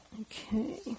Okay